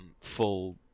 full